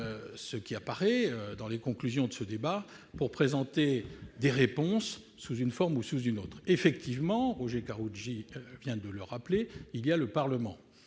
ce qui apparaît dans les conclusions de ce débat pour présenter des réponses sous une forme ou sous une autre. Notre collègue Roger Karoutchi vient de le rappeler, le Parlement